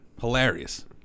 Hilarious